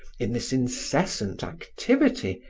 in this incessant activity,